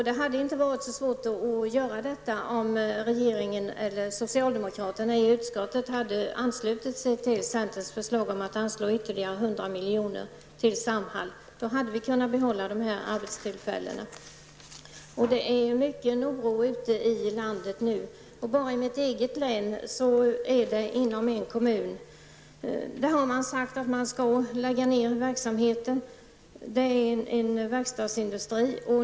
Det hade inte varit svårt att göra det, om socialdemokraterna i utskottet hade anslutit sig till centerns förslag om att anslå ytterligare 100 milj.kr. till Samhall. Då hade man kunnat behålla dessa arbetstillfällen. Det är mycket oro ute i landet. Också i mitt län, i kommunen har man sagt att man skall lägga ner verksamheten. Det är en verkstadsindustri.